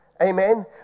Amen